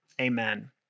amen